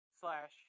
slash